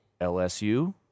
LSU